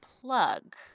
plug